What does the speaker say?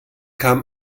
kam